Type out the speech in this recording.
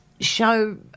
show